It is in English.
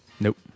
Nope